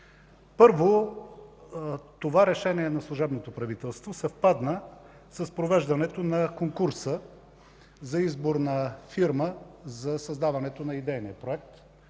Първо, това решение на служебното правителство съвпадна с провеждането на конкурса за избор на фирма за създаването на идейния проект.